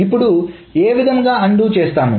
ఇప్పుడు ఏ విధముగా అన్డు చేస్తాము